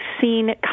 seen